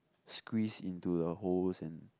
squeeze into the holes and